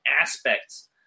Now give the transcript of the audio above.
aspects